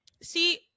See